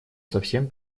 совсем